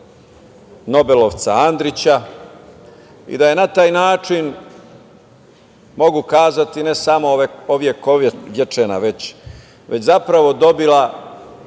nobelovca Andrića i da je na taj način, mogu kazati, ne samo ovekovečena već zapravo, dobila